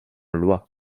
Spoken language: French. loi